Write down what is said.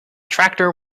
tractor